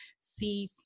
see